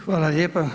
Hvala lijepa.